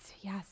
Yes